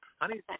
honey